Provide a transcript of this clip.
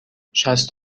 شصت